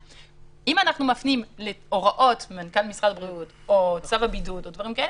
אם אנחנו מפנים להוראות מנכ"ל משרד הבריאות או צו הבידוד או דברים כאלה,